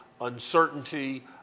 uncertainty